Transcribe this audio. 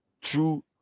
true